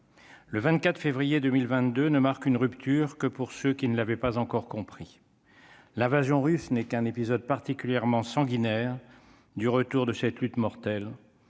le 24 février 2022 ne marque une rupture que pour ceux qui ne l'avait pas encore compris l'invasion russe n'est qu'un épisode particulièrement sanguinaire du retour de cette lutte mortelle